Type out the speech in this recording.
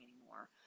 anymore